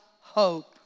hope